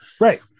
right